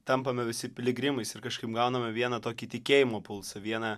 tampame visi piligrimais ir kažkaip gauname vieną tokį tikėjimo pulsą vieną